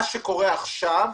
מה שקורה עכשיו,